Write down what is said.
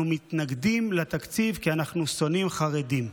מתנגדים לתקציב כי אנחנו שונאים חרדים.